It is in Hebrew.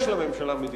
יש לממשלה מדיניות,